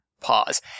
pause